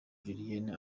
julienne